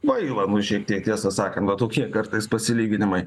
kvaila nu šiek tiek tiesą sakant va tokie kartais pasilyginimai